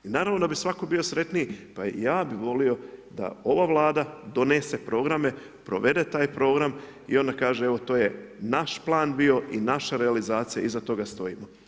I naravno da bi svatko bio sretniji, pa i ja bi volio da ova vlada donese programe, provede taj program i onda kaže, evo to je naš plan bio i naša realizacija iza toga stojimo.